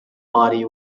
body